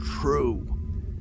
true